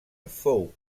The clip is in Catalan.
fou